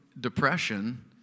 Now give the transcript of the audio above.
depression